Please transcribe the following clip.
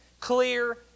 clear